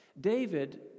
David